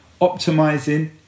optimizing